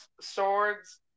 swords